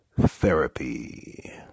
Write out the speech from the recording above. Therapy